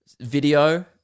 video